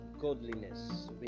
godliness